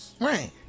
right